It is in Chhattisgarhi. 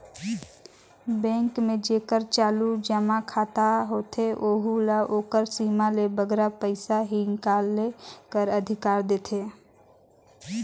बेंक में जेकर चालू जमा खाता होथे ओहू ल ओकर सीमा ले बगरा पइसा हिंकाले कर अधिकार देथे